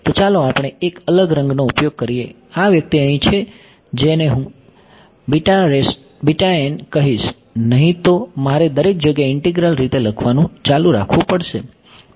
તો ચાલો આપણે એક અલગ રંગનો ઉપયોગ કરીએ આ વ્યક્તિ અહીં છે જેને હું કહીશ નહીં તો મારે દરેક જગ્યાએ ઇન્ટિગ્રલ રીતે લખવાનું ચાલુ રાખવું પડશે